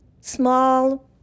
small